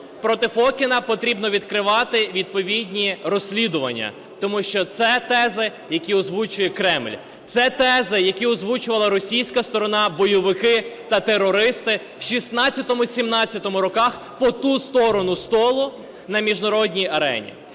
проти Фокіна потрібно відкривати відповідні розслідування. Тому що це тези, які озвучує Кремль, це тези, які озвучувала російська сторона, бойовики та терористи в 16-17-му роках по ту сторону столу на міжнародній арені.